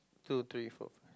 two three four five